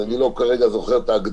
אז אני לא זוכר כרגע את ההגדרה,